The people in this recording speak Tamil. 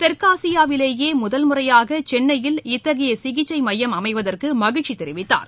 தெற்காசியாவிலேயே முதன் முறையாக சென்னையில் இத்தகைய சிகிச்சை மையம் அமைவதற்கு மகிழ்ச்சி தெரிவித்தார்